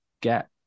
get